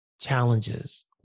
challenges